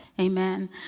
Amen